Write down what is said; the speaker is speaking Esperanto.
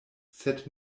sed